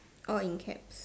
all in caps